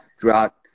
throughout